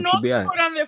No